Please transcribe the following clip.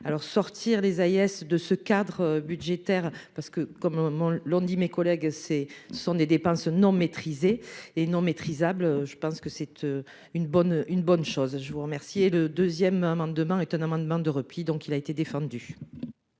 alors sortir les Hayes de ce cadre budgétaire parce que, comme l'ont dit mes collègues c'est ce sont des dépenses non-maîtrisées et non maîtrisable, je pense que cette une bonne, une bonne chose, je vous remercie et le deuxième hein manque demain est un amendement de repli, donc il a été défendu.